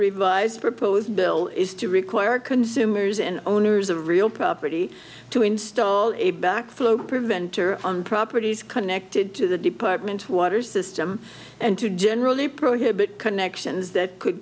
revised proposed bill is to require consumers and owners of real property to install a backflow preventer on properties connected to the department water system and to generally prohibit connections that could